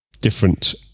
different